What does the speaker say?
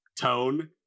tone